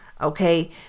Okay